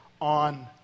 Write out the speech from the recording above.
on